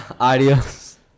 Adios